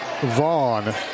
Vaughn